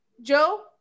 Joe